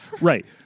right